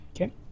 Okay